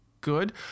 good